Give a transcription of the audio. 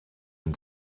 and